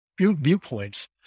viewpoints